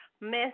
Miss